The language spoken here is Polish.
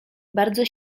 bardzo